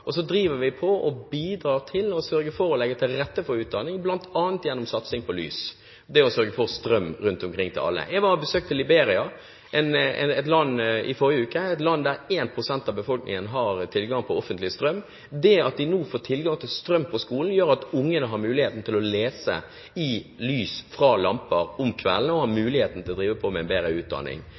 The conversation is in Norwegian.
Så bidrar vi til å sørge for å legge til rette for utdanning, bl.a. gjennom satsing på lys – det å sørge for strøm rundt omkring til alle. Jeg besøkte Liberia i forrige uke, et land der 1 pst. av befolkningen har tilgang på offentlig strøm. Det at de nå får tilgang på strøm på skolen, gjør at ungene har mulighet til å lese i lys fra lamper om kvelden og har mulighet til å skaffe seg en grunnutdanning. Det å sørge for at land har vekst, og for at de bruker den veksten på utdanning,